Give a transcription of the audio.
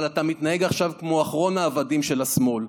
אבל אתה מתנהג עכשיו כמו אחרון העבדים של השמאל.